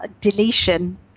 deletion